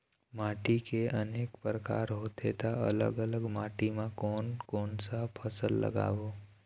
माटी के अनेक प्रकार होथे ता अलग अलग माटी मा कोन कौन सा फसल लगाबो?